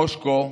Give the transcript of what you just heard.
מושקו,